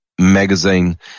magazine